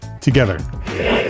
together